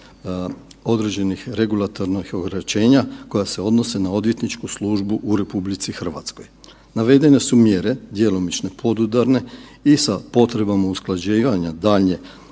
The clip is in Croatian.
određenih regulatornih ograničenja koja se odnose na odvjetničku službu u RH. Navedene su mjere, djelomično podudarne i sa potrebama usklađivanja daljnje